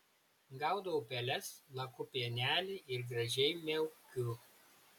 gaudau peles laku pienelį ir gražiai miaukiu